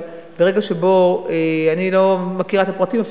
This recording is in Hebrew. אבל ברגע שבו, אני לא מכירה את הפרטים,